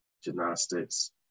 gymnastics